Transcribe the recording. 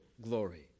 glory